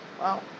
Wow